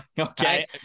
Okay